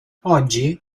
oggi